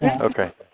Okay